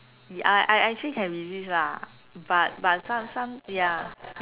I I actually can resist lah but but some some ya